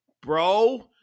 bro